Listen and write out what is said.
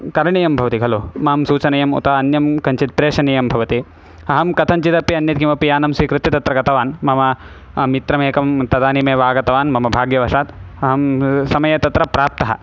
करणीयं भवति खलु मां सूचनीयम् उत अन्यं कञ्चित् प्रेषणीयं भवति अहं कथञ्चिदपि अन्यत् किमपि यानं स्वीकृत्य तत्र गतवान् मम मित्रमेकं तदानीमेव आगतवान् मम भाग्यवशात् अहं समये तत्र प्राप्तः